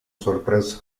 sorpresa